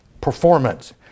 performance